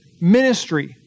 ministry